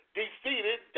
defeated